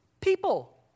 People